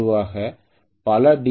பொதுவாக பல டி